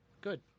good